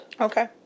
Okay